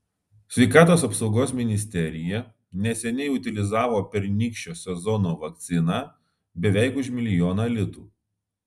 sveikatos apsaugos ministerija neseniai utilizavo pernykščio sezono vakciną beveik už milijoną litų